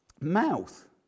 mouth